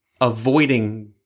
avoiding